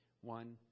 One